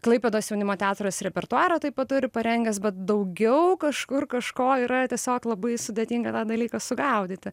klaipėdos jaunimo teatras repertuarą taip pat turi parengęs bet daugiau kažkur kažko yra tiesiog labai sudėtinga tą dalyką sugaudyti